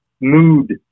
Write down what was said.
mood